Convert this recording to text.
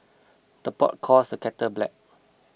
the pot calls the kettle black